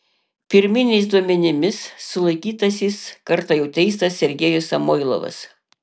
pirminiais duomenimis sulaikytasis kartą jau teistas sergejus samoilovas